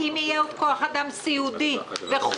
האם יהיה עוד כוח אדם סיעודי וכו'?